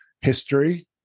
history